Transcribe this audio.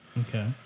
Okay